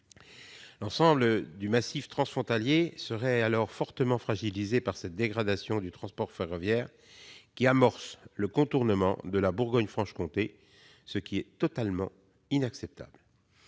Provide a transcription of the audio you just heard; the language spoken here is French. L'ensemble du massif transfrontalier serait alors fortement fragilisé par cette dégradation du transport ferroviaire, qui amorce le contournement de la Bourgogne-Franche-Comté, ce qui est totalement inacceptable.